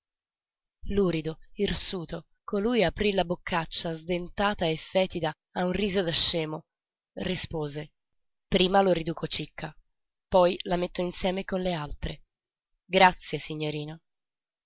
fumi lurido irsuto colui aprí la boccaccia sdentata e fetida a un riso da scemo rispose prima lo riduco cicca poi la metto insieme con le altre grazie signorino